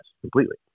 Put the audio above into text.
completely